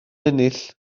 ennill